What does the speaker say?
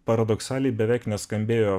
paradoksaliai beveik neskambėjo